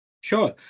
Sure